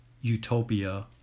utopia